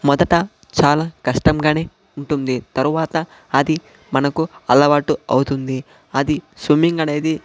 మొదట చాలా కష్టంగానే ఉంటుంది తరువాత అది మనకు అలవాటు అవుతుంది అది స్విమ్మింగ్ అనేది